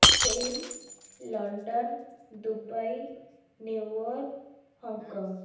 Spain London Dubai New York Hong Kong